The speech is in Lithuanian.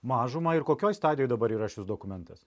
mažumą ir kokioj stadijoj dabar yra šis dokumentas